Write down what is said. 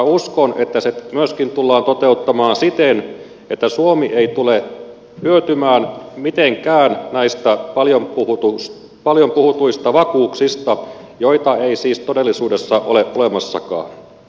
uskon että se myöskin tullaan toteuttamaan siten että suomi ei tule hyötymään mitenkään näistä paljon puhutuista vakuuksista joita ei siis todellisuudessa ole olemassakaan